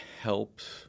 helps